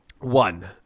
One